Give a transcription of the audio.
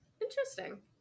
Interesting